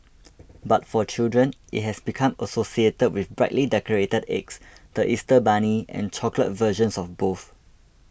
but for children it has become associated with brightly decorated eggs the Easter bunny and chocolate versions of both